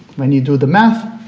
when you do the math,